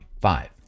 Five